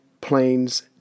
planes